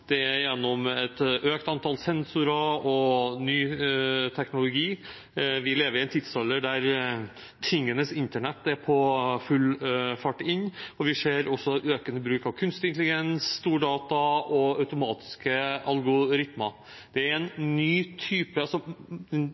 samles inn gjennom registerdata, gjennom et økt antall sensorer og ny teknologi. Vi lever i en tidsalder der tingenes internett er på full fart inn, og vi ser også en økende bruk av kunstig intelligens, stordata og automatiske algoritmer. Den totale mengden informasjon om enkeltmennesker er en ny type